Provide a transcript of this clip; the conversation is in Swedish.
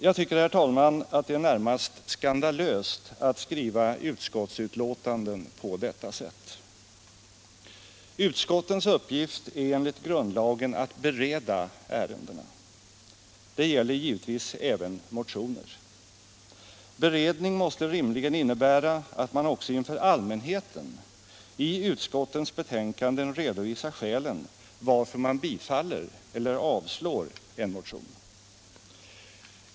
Jag tycker, herr talman, att det är närmast skandalöst att skriva utskottsbetänkanden på det här sättet. Utskottens uppgift är enligt grundlagen att bereda ärendena. Detta gäller givetvis även motioner. Beredning måste rimligen innebära att man i utskottens betänkanden också inför allmänheten redovisar skälen till att man tillstyrker eller avstyrker en motion.